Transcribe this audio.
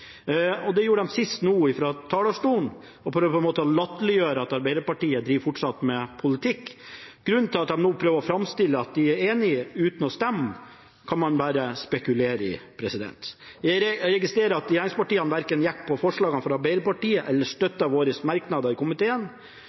Det gjorde de nå sist fra talerstolen for på en måte å prøve å latterliggjøre at Arbeiderpartiet fortsatt driver med politikk. Grunnen til at de nå prøver å framstille det som at de er enig uten å stemme for, kan man bare spekulere på. Jeg registrerer at regjeringspartiene verken gikk inn for forslagene fra Arbeiderpartiet eller støttet våre merknader i komiteen.